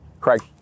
Craig